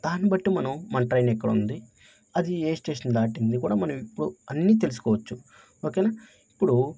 దాన్ని బట్టి మనం మన ట్రైన్ ఎక్కడ ఉంది అది ఏ స్టేషన్ దాటింది కూడా మనం ఇప్పుడు అన్నీ తెలుసుకోవచ్చు ఓకేనా ఇప్పుడు